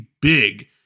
big